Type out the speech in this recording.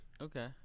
Okay